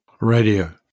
radio